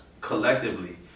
collectively